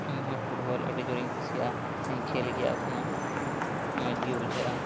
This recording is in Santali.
ᱤᱧ ᱦᱚᱸ ᱯᱷᱩᱴᱵᱚᱞ ᱟᱹᱰᱤ ᱡᱳᱨ ᱤᱧ ᱠᱩᱥᱤᱭᱟᱜᱼᱟ ᱥᱮᱧ ᱠᱷᱮᱞ ᱜᱮᱭᱟ ᱮᱠᱷᱚᱱᱳ ᱢᱚᱸᱡᱽ ᱜᱮ ᱵᱩᱡᱷᱟᱹᱜᱼᱟ